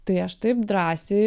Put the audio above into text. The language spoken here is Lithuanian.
tai aš taip drąsiai